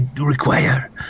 require